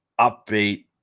upbeat